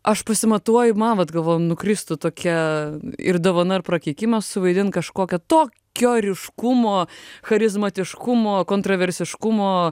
aš pasimatuoju ma vat galvoju nukristų tokia ir dovana ir prakeikimas suvaidint kažkokią tokio ryškumo charizmatiškumo kontraversiškumo